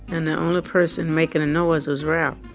and the only person making a noise was ralph